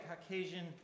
Caucasian